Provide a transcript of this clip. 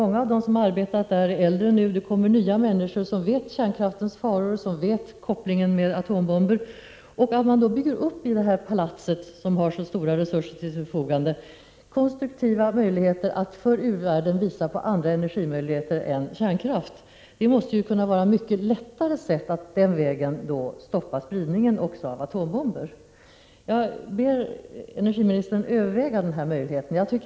Många av dem som arbetat på området är nu äldre personer, och det kommer till nya människor, som känner till kärnkraftens faror och dess koppling till atombomber. Det måste vara ett bättre sätt att stoppa atombomberna att i IAEA-palatset, där man har så stora resurser till förfogande, bygga upp konstruktiva möjligheter att visa på andra energikällor för u-världen än kärnkraft. Jag ber energiministern att överväga denna möjlighet.